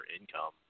income